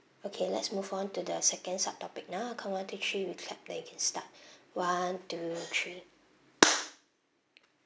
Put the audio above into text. okay let's move on to the second subtopic now I count one two three we clap then we can start one two three